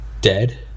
Dead